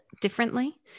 differently